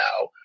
Now